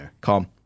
calm